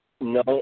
No